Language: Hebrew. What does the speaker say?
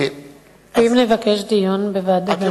ואם נבקש דיון בוועדה?